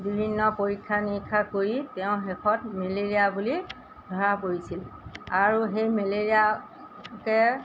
বিভিন্ন পৰীক্ষা নিৰীক্ষা কৰি তেওঁ শেষত মেলেৰিয়া বুলি ধৰা পৰিছিল আৰু সেই মেলেৰিয়াকে